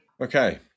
Okay